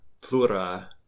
plura